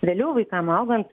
vėliau vaikam augant